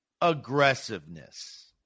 aggressiveness